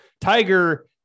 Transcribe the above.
Tiger